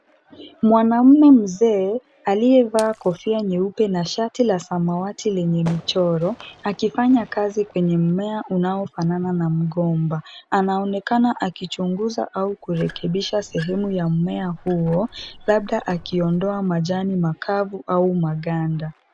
Mwanamume mzee aliyevaa kofia nyeupe na shati la samawati lenye michoro akifanya kazi kwenye mmea unaofanana na mgomba, anaonekana akichunguza au kurekebisha sehemu ya mmea huo, labda akiondoka majani makavu au maganda.